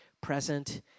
present